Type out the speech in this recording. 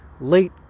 Late